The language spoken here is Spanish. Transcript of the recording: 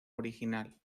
original